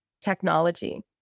technology